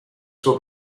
suo